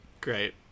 Great